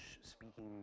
speaking